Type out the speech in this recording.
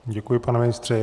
Děkuji, pane ministře.